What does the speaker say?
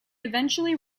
eventually